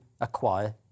acquire